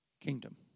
kingdom